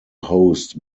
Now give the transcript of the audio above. host